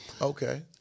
Okay